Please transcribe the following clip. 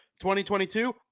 2022